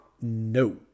No